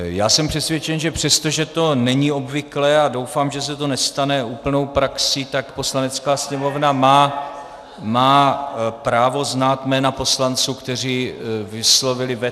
Já jsem přesvědčen, že přesto, že to není obvyklé, a doufám, že se to nestane úplnou praxí, tak Poslanecká sněmovna má právo znát jména poslanců, kteří vyslovili veto.